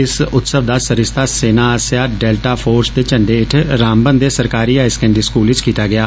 इस उत्सव दा आयोजन सेना आस्सेआ डेलटा फोर्स दे झंडे हेठ रामबन दे सरकारी हायर सकेंडरी स्कूल च कीता गेआ